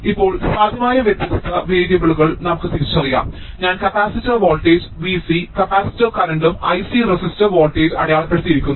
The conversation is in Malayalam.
ഇപ്പോൾ സാധ്യമായ വ്യത്യസ്ത വേരിയബിളുകൾ നമുക്ക് തിരിച്ചറിയാം ഞാൻ കപ്പാസിറ്റർ വോൾട്ടേജ് Vc കപ്പാസിറ്റർ കറന്റും Ic റെസിസ്റ്റർ വോൾട്ടേജും അടയാളപ്പെടുത്തിയിരിക്കുന്നു